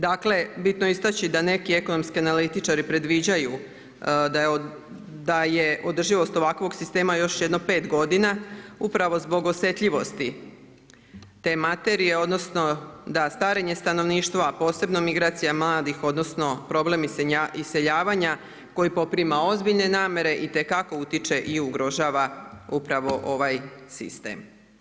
Dakle, bitno je istaknuti da neki ekonomski analitičari predviđaju da je održivost ovakvog sistema još jedno 5 godina upravo zbog osjetljivosti te materije odnosno da starenje stanovništva posebno migracija mladih odnosno problem iseljavanja koji poprima ozbiljne namjere, itekako utječe i ugrožava upravo ovaj sistem.